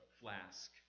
flask